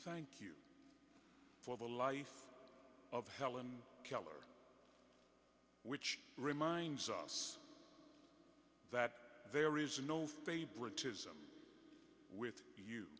thank you for the life of helen keller which reminds us that there is no favoritism with you